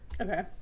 Okay